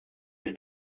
ist